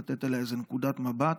לתת עליה איזו נקודת מבט,